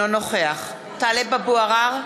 אינו נוכח טלב אבו עראר,